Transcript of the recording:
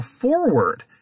forward